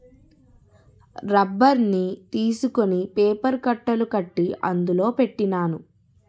రబ్బర్ని తీసుకొని పేపర్ కట్టలు కట్టి అందులో పెట్టినాను